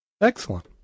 Excellent